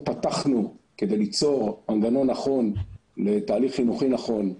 פתחנו כדי ליצור מנגנון נכון לתהליך חינוכי נכון,